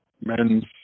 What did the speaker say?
men's